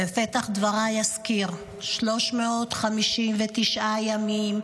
בפתח דבריי אזכיר: 359 ימים,